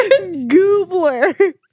Goobler